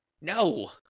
No